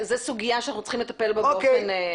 זו סוגיה שאנחנו צריכים לטפל בה באופן אחר.